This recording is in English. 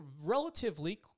relatively